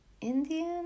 indian